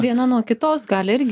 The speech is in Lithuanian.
viena nuo kitos gali irgi